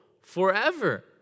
forever